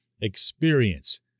experience